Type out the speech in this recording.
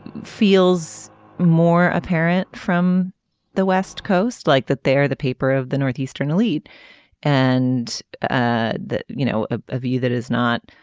feels more apparent from the west coast like that they're the paper of the northeastern elite and ah that you know a view that is not